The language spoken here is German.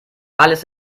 alles